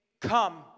come